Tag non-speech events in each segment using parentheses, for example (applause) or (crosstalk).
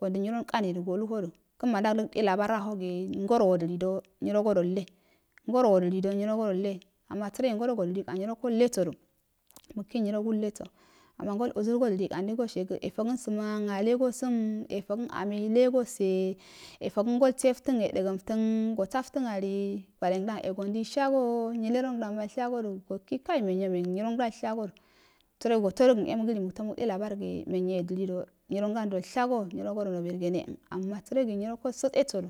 Gondə nyirol kaniduk go luhodu kanma dog de labargi ngoro woɗado ruyirogodolle ngorowodidi do nyirogodolle ama do nyiroll esodu esodu mukig nyogolleso ama ngol uzur kamani yefogan baman an alle go burn yefogan ame sose yefogan ngal seftan go saftan ali wa lengdan e gonadi ishaso nyile rongdanmal shago gokigi kou (hesitation) menyo menywondom shaso sarogotodo gan e mugdili muto mude labangi mennyo yedilido nyirongbandol shago nyirogo no burgene an ama sarogi nyiroko satsesodu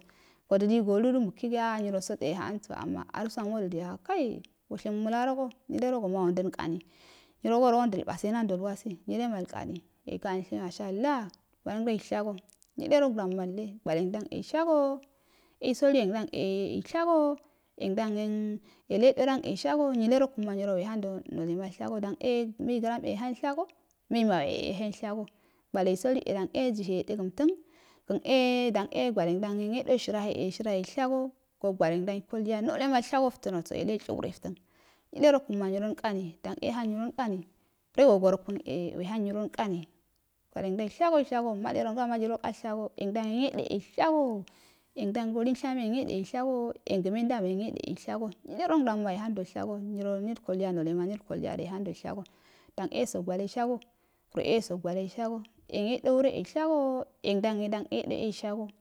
godili goludu mukigi a a nyinal botse yenanso ama arusuan wodili a kai (hesitation) woshino larogo nyinterogoma wordalcn kani nyinrogoro wondəlboose i wasi nyale malrkani ya kanshe masha adh gwalengdau shaso nyile rogdan malle gwalengdan eishaso esoliyenedan yen yele yedodown e ishago nyile rokunma nyiro wehando nolema ishago dan e me yehan shaso men mawee yehan ushango galesolu e yedodan yejihe yeda gantfan gan he dom e gwalen dai shaso rahe e sharahei shago go gwalendn solu yahe nole mal shagoufe naso yelu yeshurefton nyile rokun ma nyiro inkani wreso gorokunyahe wehan nyrron dani gwale ngdn mai shgoo ishago male rong dama nyrokalshago yengdan yedo eisha ago yendam so lenshae enyodeidhago yenga mendamo yede shaso nyile ran dam yehandoishago nyiryado nole nyirkoluyadol shago dan e yesha gwalen shago wire e wesho gwaleshaga yen yedoure eishago yen dan dan yedo eishaso,